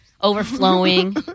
overflowing